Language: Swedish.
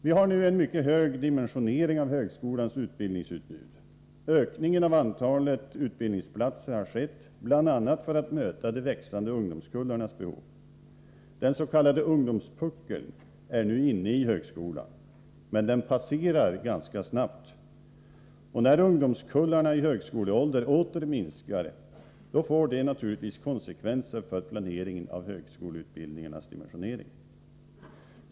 Vi har nu en mycket hög dimensionering av högskolans utbildningsutbud. Ökningen av antalet utbildningsplatser har skett bl.a. för att man skall kunna möta de växande ungdomskullarnas behov. Den s.k. ungdomspuckeln är nu inne i högskolan, men passerar ganska snabbt, och när ungdomskullarna i högskoleålder åter minskar får det naturligtvis konsekvenser för planeringen av högskoleutbildningarnas dimensionering.